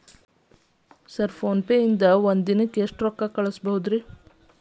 Sir PhonePe ದಿಂದ ಒಂದು ದಿನಕ್ಕೆ ಎಷ್ಟು ರೊಕ್ಕಾ ಕಳಿಸಬಹುದು?